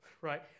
right